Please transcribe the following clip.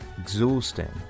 exhausting